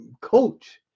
coach